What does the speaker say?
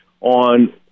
on